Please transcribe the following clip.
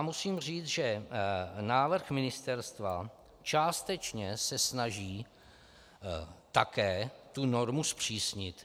Musím říct, že návrh ministerstva částečně se snaží také normu zpřísnit.